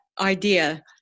idea